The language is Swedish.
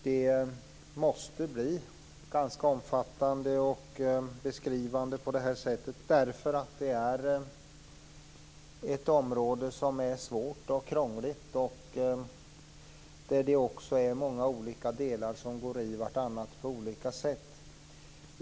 Det måste bli ganska omfattande och beskrivande, därför att det är ett svårt och krångligt område och där olika delar går i varandra.